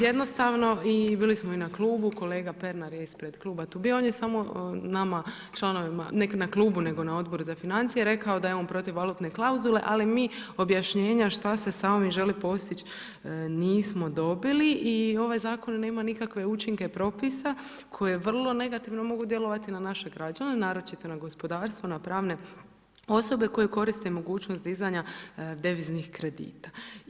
Jednostavno i bili smo i na klubu, kolega Pernar je ispred kluba tu bio, on je samo nama, članovima, ne na klubu, nego na Odboru za financije rekao da je on protiv valutne klauzule, ali mi objašnjenja šta se sa ovim želi postić, nismo dobili i ovaj zakon nema nikakve učinke propisa koje vrlo negativno mogu djelovati na naše građane, naročito na gospodarstvo, na pravne osobe koje koriste mogućnost dizanja deviznih kredita.